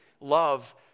love